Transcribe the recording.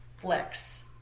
flex